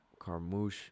Karmouche